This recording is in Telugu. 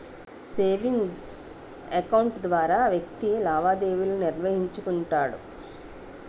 సేవింగ్స్ అకౌంట్ ద్వారా వ్యక్తి లావాదేవీలు నిర్వహించుకుంటాడు